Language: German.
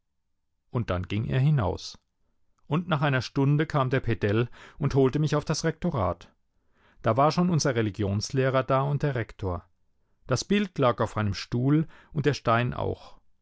und dann ging er hinaus und nach einer stunde kam der pedell und holte mich auf das rektorat da war schon unser religionslehrer da und der rektor das bild lag auf einem stuhl und der stein auch